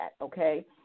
okay